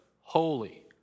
holy